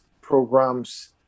programs